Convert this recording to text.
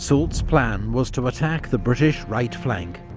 soult's plan was to attack the british right flank,